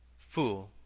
fool,